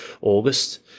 August